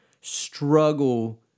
struggle